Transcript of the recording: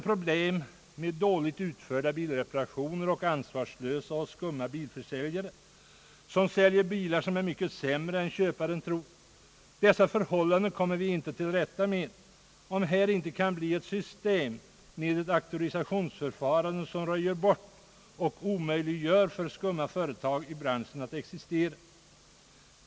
Problemet med dåligt utförda bilreparationer, med ansvarslösa och skumma bilförsäljare, som säljer bilar som är mycket sämre än köparen tror, kommer vi inte till rätta med, om vi inte kan få till stånd ett system med ett auktorisationsförfarande som röjer bort och omöjliggör för skumma företag i branschen att existera.